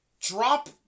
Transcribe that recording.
drop